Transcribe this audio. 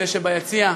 אלה שביציע.